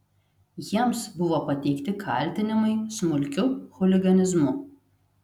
jiems buvo pateikti kaltinimai smulkiu chuliganizmu